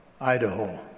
Idaho